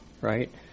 right